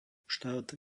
štát